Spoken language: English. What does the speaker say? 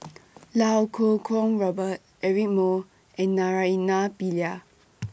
Iau Kuo Kwong Robert Eric Moo and Naraina Pillai